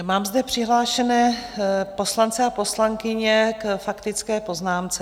Mám zde přihlášené poslance a poslankyně k faktické poznámce.